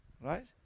right